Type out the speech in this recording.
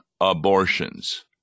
abortions